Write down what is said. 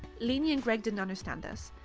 lainey and greg didn't understand this.